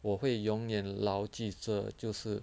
我会永远牢记这就是